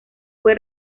fue